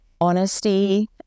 honesty